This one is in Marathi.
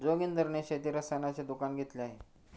जोगिंदर ने शेती रसायनाचे दुकान घेतले आहे